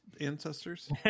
ancestors